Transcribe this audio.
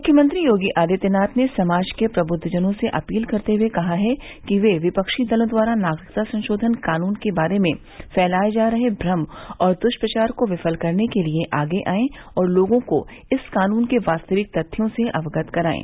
मुख्यमंत्री योगी आदित्यनाथ ने समाज के प्रबुद्वजनों से अपील करते हुए कहा है कि वे विपक्षी दलों द्वारा नागरिकता संशोधन कानून के बारे में फैलाये जा रहे भ्रम और द्य्प्रचार को विफल करने के लिए आगे आएं और लोगों को इस कानून के वास्तविक तथ्यों से अवगत कराएं